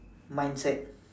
mind set